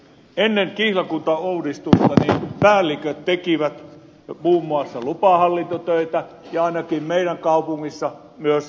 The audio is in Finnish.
ennen kihlakuntauudistusta päälliköt tekivät muun muassa lupahallintotöitä ja ainakin meidän kaupungissamme olivat myös kenttätyössä